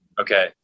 okay